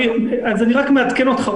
אז אני רק מעדכן אותך,